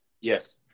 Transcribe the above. Yes